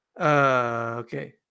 Okay